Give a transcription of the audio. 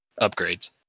upgrades